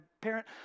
parent